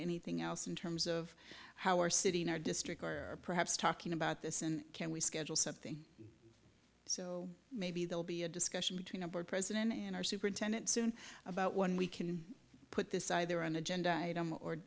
anything else in terms of how our city in our district perhaps talking about this and can we schedule something so maybe they'll be a discussion between a board president and our superintendent soon about when we can put this either an agenda item or